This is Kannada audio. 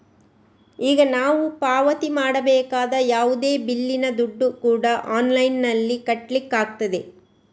ಈಗ ನಾವು ಪಾವತಿ ಮಾಡಬೇಕಾದ ಯಾವುದೇ ಬಿಲ್ಲಿನ ದುಡ್ಡು ಕೂಡಾ ಆನ್ಲೈನಿನಲ್ಲಿ ಕಟ್ಲಿಕ್ಕಾಗ್ತದೆ